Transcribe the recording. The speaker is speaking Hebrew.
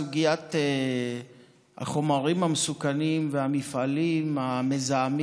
סוגיית החומרים המסוכנים והמפעלים המזהמים